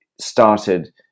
started